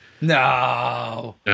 No